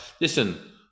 listen